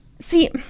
See